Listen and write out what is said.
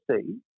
see